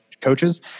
coaches